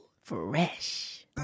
Fresh